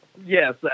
yes